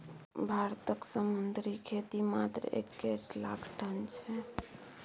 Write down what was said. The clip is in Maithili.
भारतक समुद्री खेती मात्र एक्कैस लाख टन छै